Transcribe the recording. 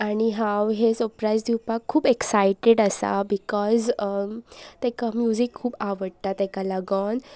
आनी हांव हे सप्रायज दिवपाक खूब एक्सायटेड आसा बिकॉज ताका म्युजीक खूब आवडटा ताका लागून